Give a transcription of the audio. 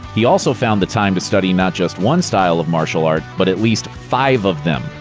he also found the time to study not just one style of martial art, but at least five of them.